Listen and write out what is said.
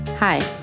Hi